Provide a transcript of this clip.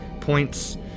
points